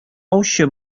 аучы